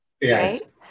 Yes